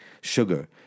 sugar